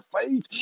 faith